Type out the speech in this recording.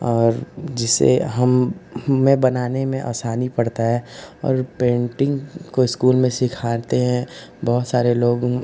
और जिसे हम हमें बनाने में आसानी पड़ती है और पेन्टिन्ग को स्कूल में सिखाते हैं बहुत सारे लोग